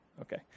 Okay